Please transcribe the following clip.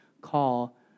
call